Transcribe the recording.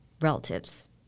relatives